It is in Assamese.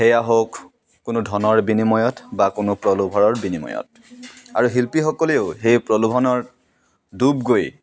সেয়া হওক কোনো ধনৰ বিনিময়ত বা কোনো প্ৰলোভনৰ বিনিময়ত আৰু শিল্পীসকলেও সেই প্ৰলোভনত দূব গৈ